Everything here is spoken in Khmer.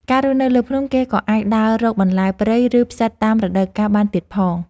ការរស់នៅលើភ្នំ គេក៏អាចដើររកបន្លែព្រៃ ឬផ្សិតតាមរដូវកាលបានទៀតផង។